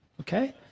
okay